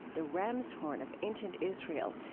the ram's horn of ancient israel,